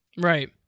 Right